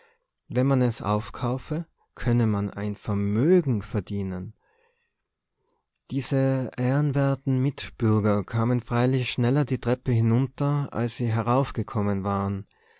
wenn man es aufkaufe könne man ein vermögen verdienen diese ehrenwerten mitbürger kamen freilich schneller die treppe hinunter als sie heraufgekommen waren